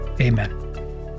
Amen